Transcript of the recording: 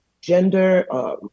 gender